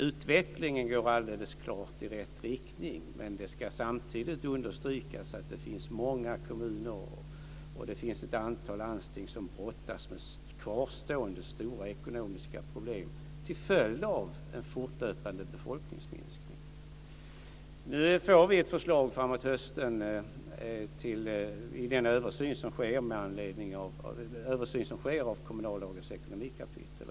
Utvecklingen går alldeles klart i rätt riktning, men det ska samtidigt understrykas att det finns många kommuner och ett antal landsting som brottas med kvarstående stora ekonomiska problem till följd av en fortlöpande befolkningsminskning. Nu får vi ett förslag framåt hösten i den översyn som sker av kommunallagens ekonomikapitel.